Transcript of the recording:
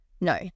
No